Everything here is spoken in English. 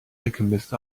alchemist